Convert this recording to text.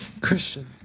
Christian